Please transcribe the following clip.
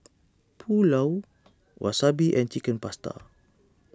Pulao Wasabi and Chicken Pasta